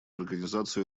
организацию